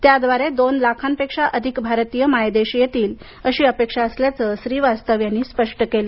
त्याव्दारे दोन लाखांपेक्षा अधिक भारतीय मायदेशी येतील अशी अपेक्षा असल्याचं श्रीवास्तव यांनी स्पष्ट केलं